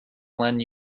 lend